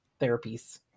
therapies